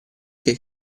che